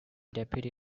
deputy